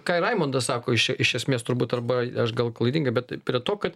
ką ir raimondas sako iš iš esmės turbūt arba aš gal klaidingai bet prie to kad